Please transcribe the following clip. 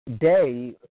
day